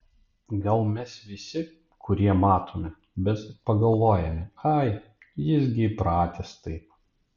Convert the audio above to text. gal mes visi kurie matome bet pagalvojame ai jis gi įpratęs taip